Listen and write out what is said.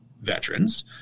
veterans